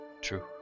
True